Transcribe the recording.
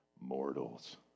mortals